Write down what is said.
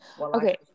Okay